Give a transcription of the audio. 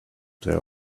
there